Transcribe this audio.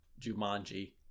Jumanji